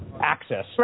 access